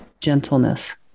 gentleness